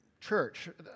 church